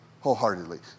wholeheartedly